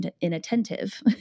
inattentive